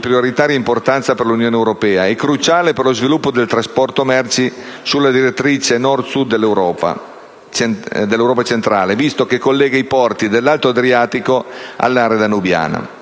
prioritaria importanza per l'Unione europea e cruciale per lo sviluppo del trasporto merci sulla direttrice Nord-Sud dell'Europa Centrale, visto che collega i porti dell'alto Adriatico all'area danubiana.